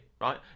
right